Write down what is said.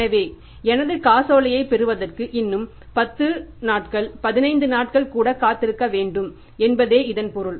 எனவே எனது காசோலையைப் பெறுவதற்கு இன்னும் 10 15 நாட்கள் கூட காத்திருக்க வேண்டும் என்பதே இதன் பொருள்